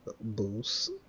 Boost